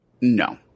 No